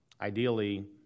ideally